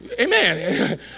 amen